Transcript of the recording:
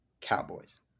Cowboys